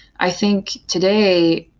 i think today,